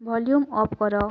volume off କର